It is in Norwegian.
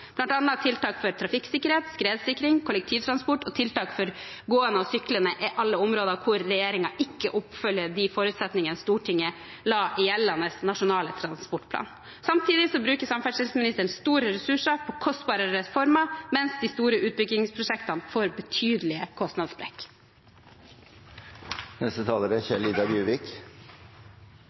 er tiltak for trafikksikkerhet, skredsikring og kollektivtransport og tiltak for gående og syklende alle områder hvor regjeringen ikke oppfyller de forutsetningene Stortinget la til grunn i gjeldende Nasjonal transportplan. Samtidig bruker samferdselsministeren store ressurser på kostbare reformer, mens de store utbyggingsprosjektene får betydelig kostnadssprekk. Dette er